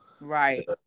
Right